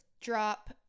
drop